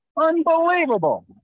unbelievable